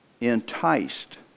enticed